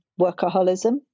workaholism